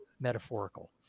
metaphorical